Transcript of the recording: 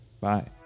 Bye